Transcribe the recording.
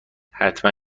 حتما